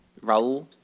Raul